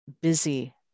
busy